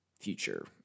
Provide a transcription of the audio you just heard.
future